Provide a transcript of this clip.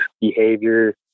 behavior